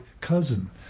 cousin